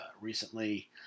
recently